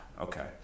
okay